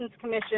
commission